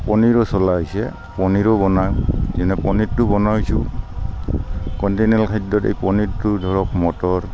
পনীৰো চলা হৈছে পনীৰো বনাওঁ যেনে পনীৰটো বনাইছোঁ কণ্টিনেণ্টেল খাদ্যত এই পনীৰটো ধৰক মটৰ